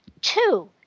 Two